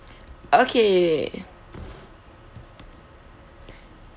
okay